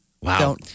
wow